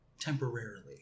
Temporarily